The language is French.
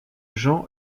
jan